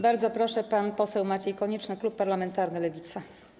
Bardzo proszę, pan poseł Maciej Konieczny, klub parlamentarny Lewica.